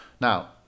Now